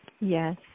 Yes